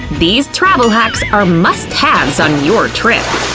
these travel hacks are must-haves on your trip!